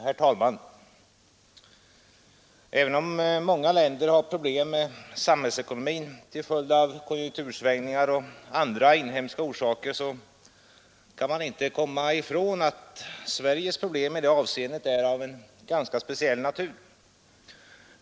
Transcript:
Herr talman! Även om många länder har problem med samhällsekonomin till följd av konjunktursvängningar och andra inhemska förhållanden, kan man inte komma ifrån att Sveriges problem i detta avseende är av ganska speciell natur.